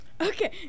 okay